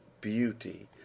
beauty